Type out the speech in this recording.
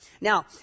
Now